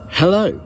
hello